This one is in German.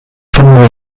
von